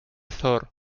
thor